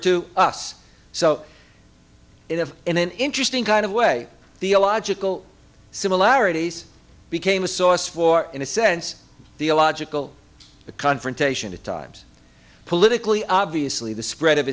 to us so in an interesting kind of way the illogical similarities became a source for in a sense the illogical confrontation at times politically obviously the spread of